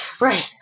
Right